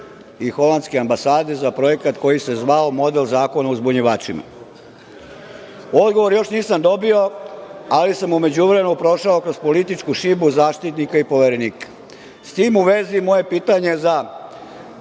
i holandske ambasade za projekat koji se zvao „Model Zakona o uzbunjivačima“. Odgovor još nisam dobio, ali sam u međuvremenu prošao kroz političku šibu Zaštitnika i Poverenika.S tim u vezi, moje pitanje za